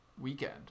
weekend